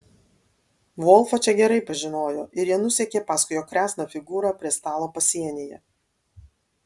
volfą čia gerai pažinojo ir jie nusekė paskui jo kresną figūrą prie stalo pasienyje